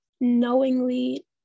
knowingly